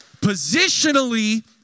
positionally